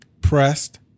Pressed